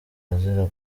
azira